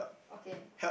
okay